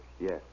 Yes